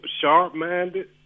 sharp-minded